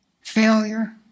Failure